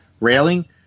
railing